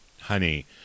Honey